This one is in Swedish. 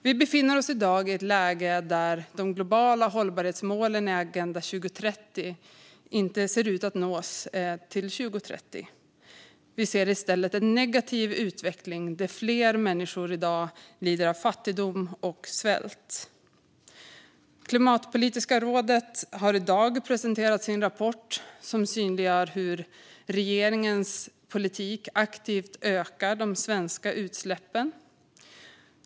Vi befinner oss i dag i ett läge där de globala hållbarhetsmålen i Agenda 2030 inte ser ut att nås till 2030. Vi ser i stället en negativ utveckling, där fler människor i dag lider av fattigdom och svält. Klimatpolitiska rådet har i dag presenterat sin rapport, som synliggör hur regeringens politik aktivt ökar de svenska utsläppen.